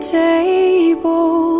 table